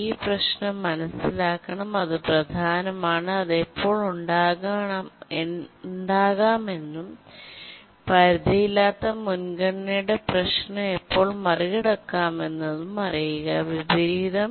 ഈ പ്രശ്നം മനസിലാക്കണം അത് പ്രധാനമാണ് അത് എപ്പോൾ ഉണ്ടാകാമെന്നും പരിധിയില്ലാത്ത മുൻഗണനയുടെ പ്രശ്നം എപ്പോൾ മറികടക്കാമെന്നും അറിയുക വിപരീതം